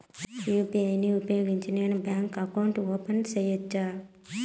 UPI ను ఉపయోగించి నేను బ్యాంకు అకౌంట్ ఓపెన్ సేయొచ్చా?